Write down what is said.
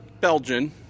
Belgian